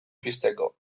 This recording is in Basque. pizteko